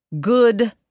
good